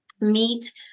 meet